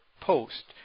post